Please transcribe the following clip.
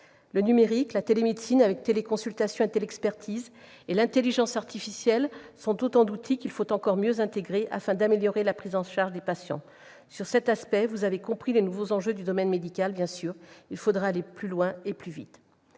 Le numérique, la télémédecine, avec téléconsultation et téléexpertise, et l'intelligence artificielle sont autant d'outils qu'il faut encore mieux intégrer pour améliorer la prise en charge des patients. Sur cet aspect, vous avez compris les nouveaux enjeux du domaine médical, mais il faudra aller plus loin et plus vite.